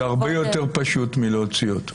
זה הרבה יותר פשוט מלהוציא אותו.